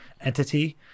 entity